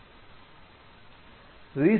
இவ்வாறு PUSH மற்றும் POP ஆணைகளை பயன்படுத்துகிறோம்